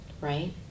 right